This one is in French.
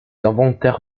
inventaires